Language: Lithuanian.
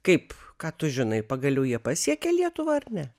kaip ką tu žinai pagaliau jie pasiekė lietuvą ar ne